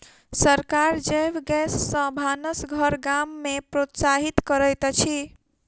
सरकार जैव गैस सॅ भानस घर गाम में प्रोत्साहित करैत अछि